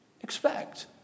expect